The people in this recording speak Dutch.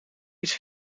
iets